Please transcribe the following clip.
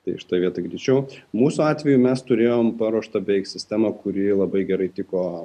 tai šitoj vietoj greičiau mūsų atveju mes turėjom paruoštą beveik sistemą kuri labai gerai tiko